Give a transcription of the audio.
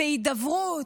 בהידברות,